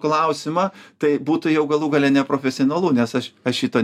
klausimą tai būtų jau galų gale neprofesionalu nes aš aš šito